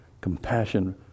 compassion